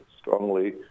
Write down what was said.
strongly